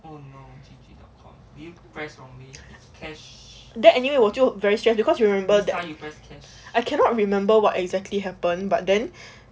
then anyway 我就 very stress because you remember that I cannot remember what exactly happened but then